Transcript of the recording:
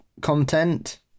content